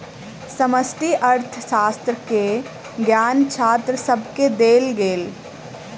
समष्टि अर्थशास्त्र के ज्ञान छात्र सभके देल गेल